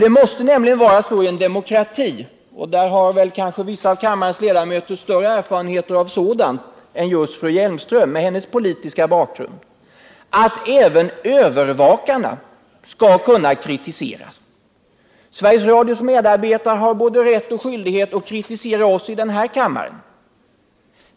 Det måste nämligen vara så i en demokrati — och där har kanske vissa av kammarens ledamöter större erfarenheter än just fru Hjelmström med hennes politiska bakgrund — att även övervakarna skall kunna kritiseras. Sveriges Radios medarbetare har både rätt och skyldighet att kritisera oss som sitter i denna kammare.